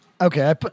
okay